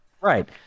Right